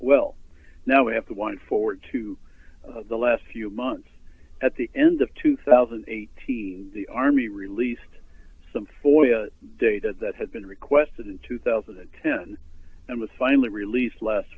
well now we have to wind forward to the last few months at the end of two thousand and eight the army released some for data that had been requested in two thousand and ten and was finally released last